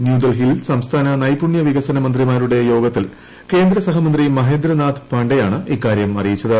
ന്യൂഡൽഹിയിൽ സംസ്ഥാന നൈപുണ്യ വികസന മന്ത്രിമാരുടെ യോഗത്തിൽ കേന്ദ്ര സഹമന്ത്രി മഹേന്ദ്രനാഥ് പാണ്ഡെയാണ് ഇക്കാര്യം അറിയിച്ചത്